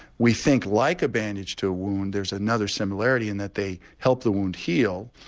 we think like a bandage to a wound there is another similarity in that they help the wound heal.